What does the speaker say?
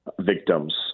victims